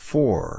Four